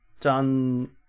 done